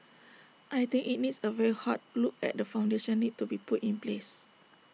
I think IT needs A very hard look at the foundations need to be put in place